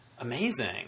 amazing